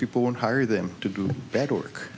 people won't hire them to do better work